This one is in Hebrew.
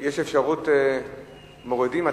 יש אפשרות שמורידים?